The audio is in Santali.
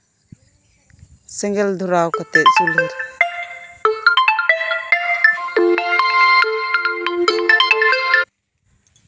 ᱥᱮᱸᱜᱮᱞ ᱫᱷᱚᱨᱟᱣ ᱠᱟᱛᱮ ᱪᱩᱞᱦᱟᱹ